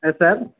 yes sir